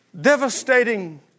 devastating